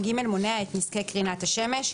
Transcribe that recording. (ג)מונע את נזקי קרינת השמש.